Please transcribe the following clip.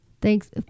Thanks